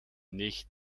nicht